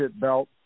belt